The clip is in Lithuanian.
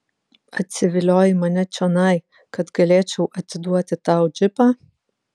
atsiviliojai mane čionai kad galėčiau atiduoti tau džipą